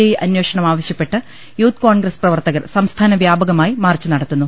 I അനേഷണം ആവശ്യപ്പെട്ട് യൂത്ത് കോൺഗ്രസ് പ്രവർത്തകർ സംസ്ഥാന വ്യാപകമായി മാർച്ച് നടത്തുന്നു